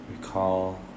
recall